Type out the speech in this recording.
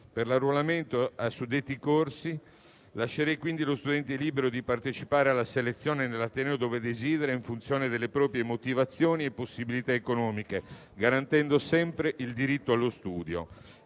delle professioni sanitarie lascerei quindi lo studente libero di partecipare alla selezione nell'ateneo in cui lo desidera, in funzione delle proprie motivazioni e possibilità economiche, garantendo sempre il diritto allo studio.